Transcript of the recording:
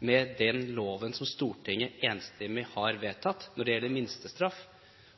med den loven som Stortinget enstemmig har vedtatt når det gjelder minstestraff,